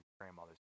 grandmother